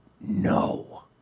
no